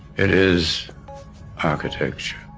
it is architecture.